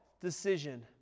decision